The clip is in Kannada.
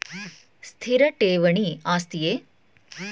ಸ್ಥಿರ ಠೇವಣಿ ಆಸ್ತಿಯೇ?